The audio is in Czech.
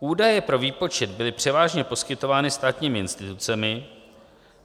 Údaje pro výpočet byly převážně poskytovány státními institucemi,